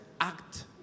act